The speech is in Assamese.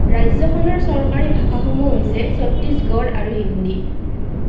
ৰাজ্যখনৰ চৰকাৰী ভাষাসমূহ হৈছে ছত্তীশগড়ী আৰু হিন্দী